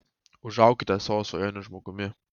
užaukite savo svajonių žmogumi